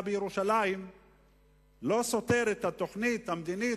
בירושלים לא סותר את התוכנית המדינית,